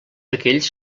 aquells